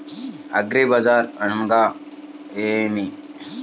అగ్రిబజార్ అనగా నేమి?